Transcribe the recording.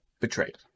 betrayed